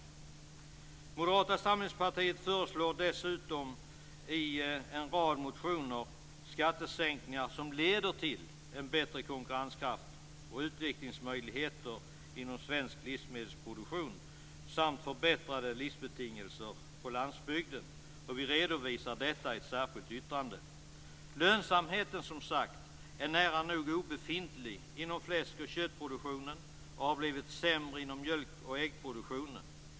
I en rad motioner föreslår Moderata samlingspartiet dessutom skattesänkningar som leder till bättre konkurrenskraft och utvecklingsmöjligheter inom svensk livsmedelsproduktion samt förbättrade livsbetingelser på landsbygden. Vi redovisar detta i ett särskilt yttrande. Lönsamheten är, som sagt, nära nog obefintlig inom fläsk och köttproduktionen och har blivit sämre inom mjölk och äggproduktionen.